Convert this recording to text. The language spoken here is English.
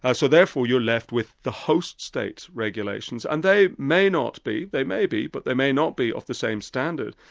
ah so therefore, you're left with the host state's regulations, and they may not be, they may be, but they may not be of the same standards.